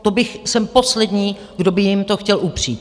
To bych jsem poslední, kdo by jim to chtěl upřít.